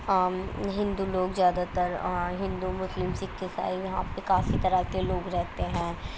ہندو لوگ زیادہ تر ہندو مسلم سکھ عیسائی یہاں پہ کافی طرح کے لوگ رہتے ہیں